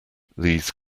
these